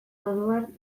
orduan